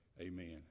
amen